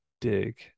dig